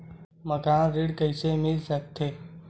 मकान ऋण कइसे मिल सकथे?